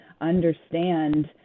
understand